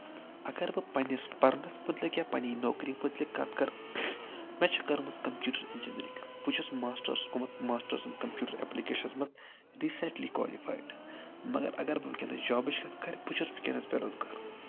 اگر بہٕ پَنٕنِس پَرنَس مُتعلِق یا پَنٕنۍ نوکری مُتعلِق کَتھ کَرٕ مےٚ چھِ کٔرمٕژ کَمپیوٗٹَر اِنجیٖنرِنٛگ بہٕ چھُس ماسٹٲرٕس گوٚمُت ماسٹٲرٕس اِن کَمپیوٗٹَر اٮ۪پلِکیشَس منٛز ریٖسٮ۪نٛٹلی کالِفایِڈ مگر اگر بہٕ وٕنکٮ۪نَس جابٕچ کَتھ کَرٕ بہٕ چھُس وٕنکٮ۪نَس بے روز گار کَتھ